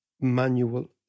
manual